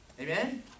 Amen